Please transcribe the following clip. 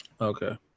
Okay